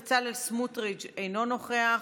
חבר הכנסת בצלאל סמוטריץ' אינו נוכח,